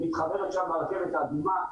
היא מתחברת שם לרכבת האדומה.